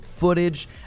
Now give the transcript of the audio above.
footage